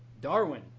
Darwin